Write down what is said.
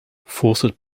fawcett